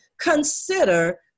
consider